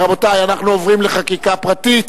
רבותי, אנחנו עוברים לחקיקה פרטית.